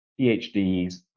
PhDs